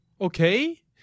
Okay